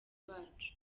bacu